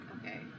Okay